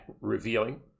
revealing